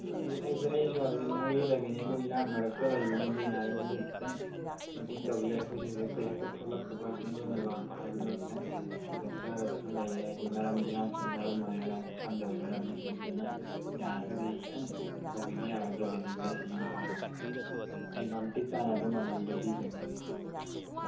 ꯑꯗꯣ ꯑꯩꯁꯨ ꯍꯧꯖꯤꯛ ꯃꯣꯔꯦꯗꯒꯤꯅꯤ ꯑꯗꯣ ꯏꯔꯥꯡ ꯃꯔꯛꯇ ꯂꯩꯕꯅꯤ ꯑꯗꯨ ꯌꯥꯔꯒꯗꯤ ꯈꯤꯇꯪ ꯃꯇꯦꯡ ꯇꯧꯕꯤꯌꯨ ꯑꯩꯈꯣꯏꯁꯨ ꯁꯤꯗ ꯈꯨꯗꯛꯇ ꯍꯦꯛꯇ ꯊꯣꯂꯛꯄ ꯄꯔꯁꯅꯦꯜ ꯑꯣꯏꯅ ꯂꯥꯛꯄ ꯍꯥꯏꯕꯗꯣ ꯈꯤꯇꯪ ꯈꯨꯗꯣꯡ ꯆꯥꯗꯕꯁꯨ ꯂꯩꯔꯦ ꯍꯥꯏꯕꯗꯤ ꯃꯔꯝ ꯏꯔꯥꯡꯁꯤꯅ ꯃꯔꯝ ꯑꯣꯏꯔꯒ ꯁꯝꯗꯧꯔꯤꯕ ꯂꯝꯕꯤꯁꯦ ꯑꯗꯨꯗꯨꯅ ꯌꯥꯔꯒꯗꯤ ꯈꯤꯇꯪ ꯇꯧꯕꯤꯕ ꯌꯥꯒꯗ꯭ꯔꯥ ꯗꯦꯂꯤꯚꯔꯤꯁꯤ ꯌꯨꯝ ꯐꯥꯎꯇꯪ ꯑꯩ ꯃꯇꯤꯛ ꯆꯥꯅ ꯑꯗꯨꯝ ꯃꯃꯜꯗꯤ ꯄꯤꯖꯒꯦ